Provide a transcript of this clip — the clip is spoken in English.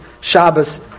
Shabbos